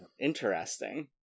Interesting